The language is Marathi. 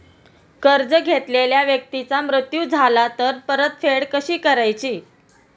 कर्ज घेतलेल्या व्यक्तीचा मृत्यू झाला तर परतफेड कशी करायची?